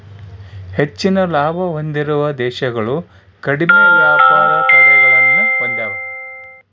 ಹೆಚ್ಚಿನ ಲಾಭ ಹೊಂದಿರುವ ದೇಶಗಳು ಕಡಿಮೆ ವ್ಯಾಪಾರ ತಡೆಗಳನ್ನ ಹೊಂದೆವ